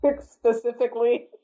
Specifically